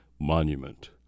monument